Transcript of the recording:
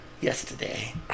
yesterday